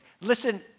Listen